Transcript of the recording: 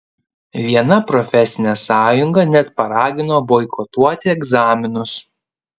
viena profesinė sąjunga net paragino boikotuoti egzaminus